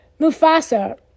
Mufasa